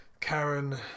Karen